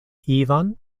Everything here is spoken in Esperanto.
ivan